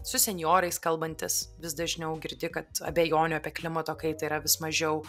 su senjorais kalbantis vis dažniau girdi kad abejonių apie klimato kaitą yra vis mažiau